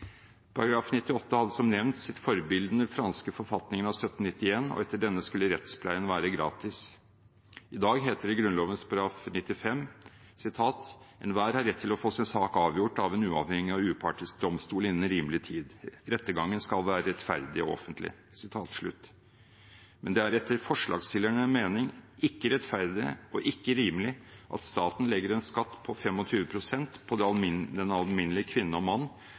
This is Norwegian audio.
Paragraf 98 hadde som nevnt sitt forbilde i den franske forfatningen av 1791, og etter denne skulle rettspleien være gratis. I dag heter det i Grunnloven § 95: «Enhver har rett til å få sin sak avgjort av en uavhengig og upartisk domstol innen rimelig tid. Rettergangen skal være rettferdig og offentlig.» Men det er etter forslagsstillernes mening ikke rettferdig og ikke rimelig at staten legger en skatt på 25 pst. på det den alminnelige kvinne og mann